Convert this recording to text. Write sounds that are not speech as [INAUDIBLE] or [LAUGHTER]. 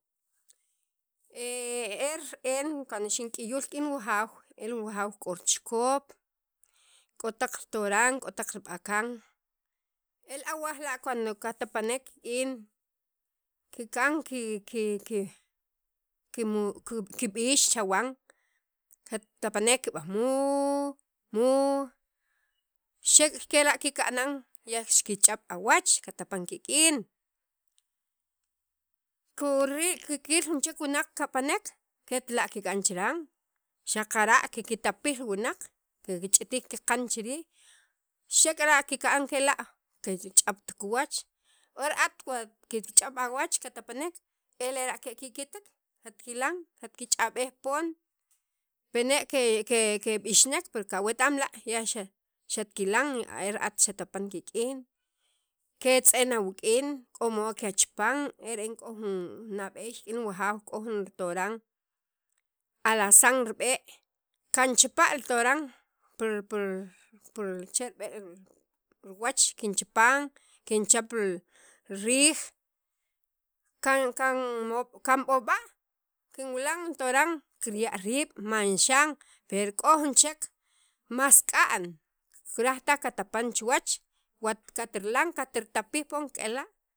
[HESITATION] Ere'en cuando xink'iyul rik'in wujaaw e wujaaw k'o richikop k'o taq ritoran k'o taq rib'akan elawaj la' cuando katapanek rik'in kika'n kiki ki kimu kib'iix chawan katapanek kikb'an muuuuu muuuuu xe kela' kikanan ya xikich'ab' awach katapan kik'in kuri kikil jun chek wunaq kapanek ketla' kikan chiran xaqara' kikitapij wunaq kikich'itij kiqan chirij chek'era' kika'n kela' kikich'ab't kiwach ora'at cuand kikich'ab' awach katapanek elera' kekikitek katkilan katkich'ab'ej pon pene' ke ke keb'ixnek pe kawetamla' xatkilan era'at xatapan kik'in ke'etz'en awik'in k'o modo ke'achipan ere'en k'o jun nab'eey rik'in wujaw k'o jun toran alasan rib'e' kanchapa' toran pil pil che rib'e' ruwach kinchapan kinchap riij kan kanb'o b'ob'a' kinwilan toran kirya' riib' manxan k'o jun chek mas k'a'n kiraj taj katapan chuwach, wa katirlan katirtapij pon kela'.